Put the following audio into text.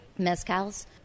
mezcals